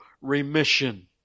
remission